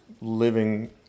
living